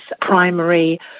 primary